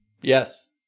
Yes